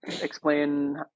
Explain